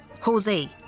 Jose